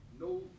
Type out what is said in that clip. no